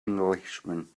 englishman